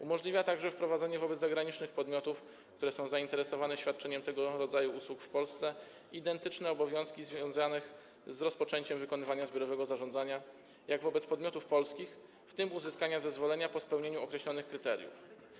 Umożliwia także wprowadzenie w przypadku zagranicznych podmiotów, które są zainteresowane świadczeniem tego rodzaju usług w Polsce, identycznych obowiązków związanych z rozpoczęciem wykonywania zbiorowego zarządzania jak w przypadku podmiotów polskich, w tym w zakresie uzyskania zezwolenia po spełnieniu określonych kryteriów.